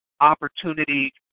opportunity